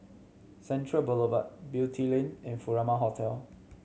Central Boulevard Beatty Lane and Furama Hotel